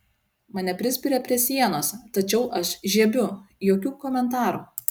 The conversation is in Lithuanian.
mane prispiria prie sienos tačiau aš žiebiu jokių komentarų